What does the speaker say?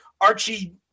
Archie